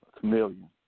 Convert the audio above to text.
chameleon